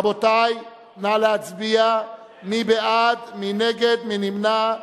רבותי, נא להצביע מי בעד, מי נגד, מי נמנע.